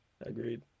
Agreed